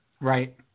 Right